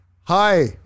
Hi